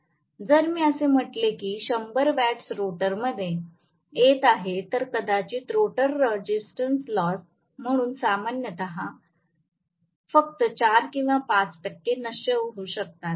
जर मी असे म्हटले की 100 वॅट्स रोटरमध्ये येत आहेत तर कदाचित रोटर रेझिस्टन्स लॉस म्हणून सामान्यतः फक्त 4 किंवा 5 टक्के नष्ट होऊ शकतात